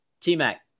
T-Mac